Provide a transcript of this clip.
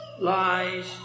lies